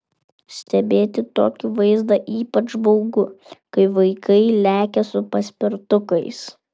stebėti tokį vaizdą ypač baugu kai vaikai lekia su paspirtukais